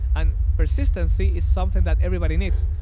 and persistency is something that everybody needs.